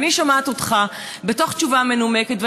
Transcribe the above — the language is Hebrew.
ואני שומעת אותך בתוך תשובה מנומקת,